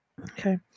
Okay